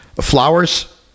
flowers